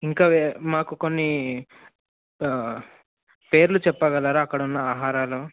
ఇంకా మాకు కొన్ని పేర్లు చెప్పగలరా అక్కడున్న ఆహారాలు